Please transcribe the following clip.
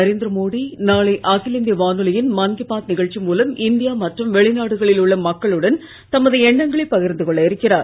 நரேந்திர மோடி நாளை அகில இந்திய வானொலியின் மன் கீ பாத் நிகழ்ச்சி மூலம் இந்தியா மற்றும் வெளி நாடுகளில் உள்ள மக்களுடன் தமது எண்ணங்களை பகிர்ந்து கொள்ள இருக்கிறார்